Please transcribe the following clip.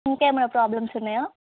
ఇంకా ఏమైనా ప్రోబ్లమ్స్ ఉన్నాయా